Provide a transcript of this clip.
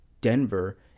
Denver